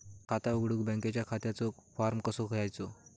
खाता उघडुक बँकेच्या खात्याचो फार्म कसो घ्यायचो?